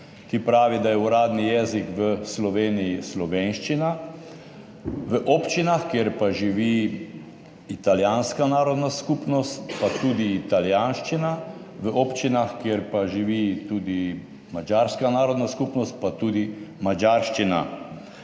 ki pravi, da je uradni jezik v Sloveniji slovenščina, v občinah, kjer živi italijanska narodna skupnost, tudi italijanščina, v občinah, kjer pa živi tudi madžarska narodna skupnost, pa tudi madžarščina.